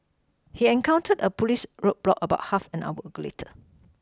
he encountered a police roadblock about half an hour go later